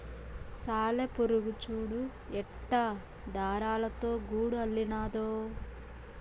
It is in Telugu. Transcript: సాలెపురుగు చూడు ఎట్టా దారాలతో గూడు అల్లినాదో